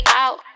out